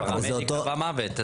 שהפרמדיק יקבע מוות.